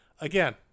again